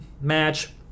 match